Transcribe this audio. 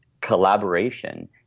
collaboration